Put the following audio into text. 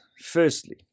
Firstly